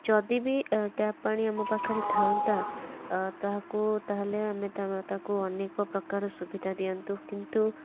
ଯଦିବି ଟ୍ୟାପପାଣି ଆମ ପାଖରେ ଥାଆନ୍ତା ତାହାକୁ ତାହେଲେ ଆମେ ତାକୁ ଅନେକପ୍ରକାର ସୁବିଧା ଦିଅନ୍ତୁ କିନ୍ତୁ